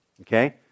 Okay